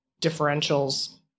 differentials